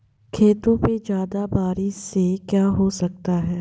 खेतों पे ज्यादा बारिश से क्या हो सकता है?